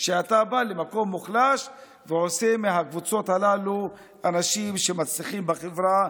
אתה בא למקום מוחלש ועושה מהקבוצות הללו אנשים שמצליחים בחברה,